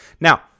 Now